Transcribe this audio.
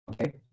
Okay